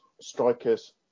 Strikers